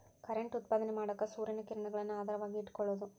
current ಉತ್ಪಾದನೆ ಮಾಡಾಕ ಸೂರ್ಯನ ಕಿರಣಗಳನ್ನ ಆಧಾರವಾಗಿ ಇಟಕೊಳುದು